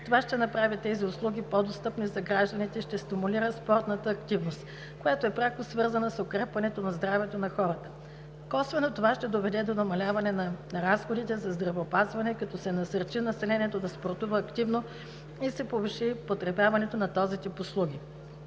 Това ще направи тези услуги по-достъпни за гражданите, ще стимулира спортната активност, която е пряко свързана с укрепването на здравето на хората. Косвено това ще доведе до намаляване на разходите за здравеопазване, като се насърчи населението да спортува активно и се повиши потребяването на този тип услуги.